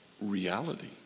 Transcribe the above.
reality